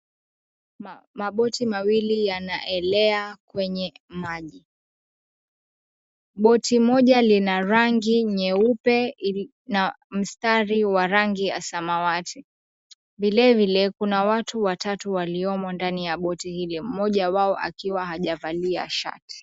Maboti mawili yanaelea kwenye maji. Boti moja lina rangi nyeupe na mstari wa rangi ya samawati. Vilevile kuna watu watatu waliomo ndani ya boti hilo, mmoja wao akiwa hajavalia shati.